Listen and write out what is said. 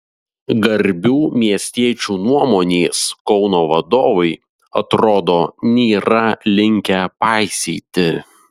garbių miestiečių nuomonės kauno vadovai atrodo nėra linkę paisyti